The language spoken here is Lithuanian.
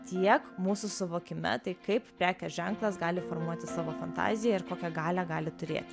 tiek mūsų suvokime tai kaip prekės ženklas gali formuoti savo fantaziją ir kokią galią gali turėti